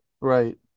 right